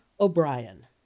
O'Brien